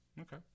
Okay